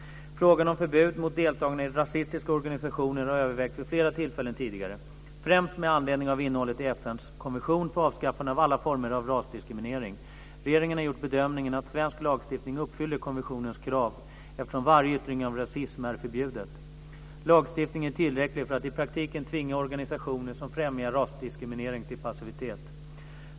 Frågan om förbud mot deltagande i rasistiska organisationer har övervägts vid flera tillfällen tidigare, främst med anledning av innehållet i FN:s konvention för avskaffande av alla former av rasdiskriminering. Regeringen har gjort bedömningen att svensk lagstiftning uppfyller konventionens krav eftersom varje yttring av rasism är förbjudet. Lagstiftningen är tillräcklig för att i praktiken tvinga organisationer som främjar rasdiskriminering till passivitet.